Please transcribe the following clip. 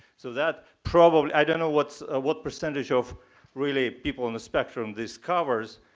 so that probably i don't know what ah what percentage of really people in the spectrum this covers.